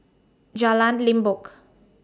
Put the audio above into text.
Jalan Limbok